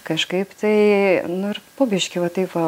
kažkaip tai nu ir po biškį va taip va